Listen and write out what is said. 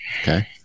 okay